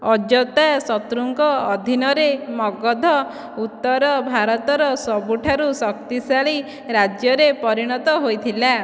ଅଜାତଶତ୍ରୁଙ୍କ ଅଧୀନରେ ମଗଧ ଉତ୍ତର ଭାରତର ସବୁଠାରୁ ଶକ୍ତିଶାଳୀ ରାଜ୍ୟରେ ପରିଣତ ହୋଇଥିଲା